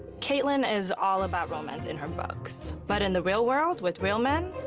caitlin is all about romance in her books. but in the real world, with real men,